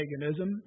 paganism